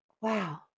wow